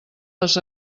les